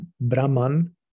Brahman